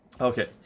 Okay